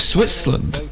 Switzerland